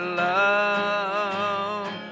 love